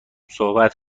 صحبت